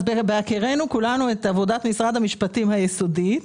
בהכירנו כולנו את עבודת משרד המשפטים היסודית,